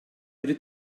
biri